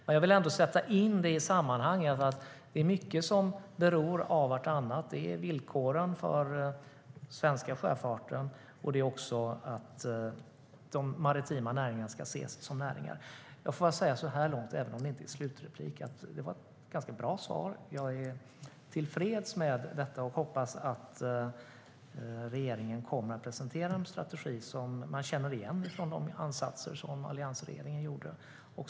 Men jag vill sätta in det i sammanhanget eftersom det är mycket som beror av vartannat. Det är villkoren för den svenska sjöfarten och att de maritima näringarna ska ses som näringar. Så här långt, även om det inte är mitt sista inlägg, får jag säga att det var ett ganska bra svar. Jag är tillfreds med detta och hoppas att regeringen kommer att presentera en strategi som man känner igen från de ansatser som alliansregeringen gjorde.